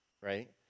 right